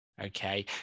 okay